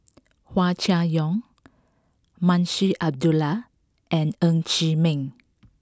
Hua Chai Yong Munshi Abdullah and Ng Chee Meng